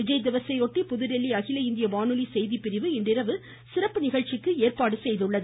விஜய் திவஸையொட்டி புதுதில்லி அகில இந்திய வானொலி செய்திப்பிரிவு இன்றிரவு சிறப்பு நிகழ்ச்சிக்கு ஏற்பாடு செய்துள்ளது